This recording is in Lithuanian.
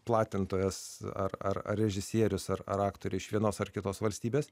platintojas ar ar ar režisierius ar aktoriai iš vienos ar kitos valstybės